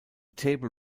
table